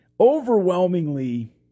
overwhelmingly